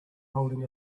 holding